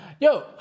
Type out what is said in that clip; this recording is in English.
yo